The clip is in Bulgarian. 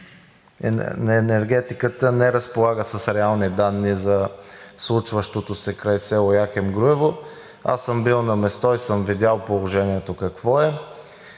енергетиката не разполага с реални данни за случващото се край село Йоаким Груево. Бил съм на място и съм видял положението какво е.